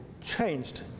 changed